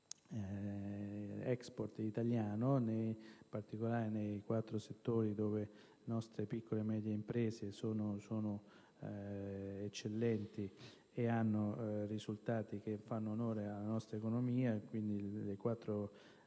dell'*export* italiano, in particolare nei quattro settori dove le nostre piccole e medie imprese sono eccellenti e ottengono risultati che fanno onore alla nostra economia, cioè nei settori